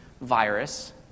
virus